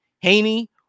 Haney